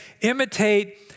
imitate